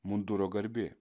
munduro garbė